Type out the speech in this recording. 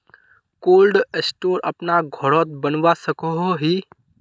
Cold store अपना घोरोत बनवा सकोहो ही?